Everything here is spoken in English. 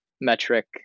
metric